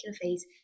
phase